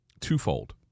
twofold